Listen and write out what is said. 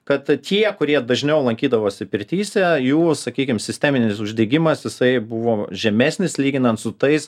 kad tie kurie dažniau lankydavosi pirtyse jų sakykim sisteminis uždegimas jisai buvo žemesnis lyginant su tais